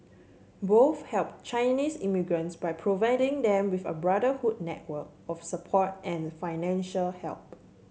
both helped Chinese immigrants by providing them with a brotherhood network of support and financial help